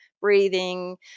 breathing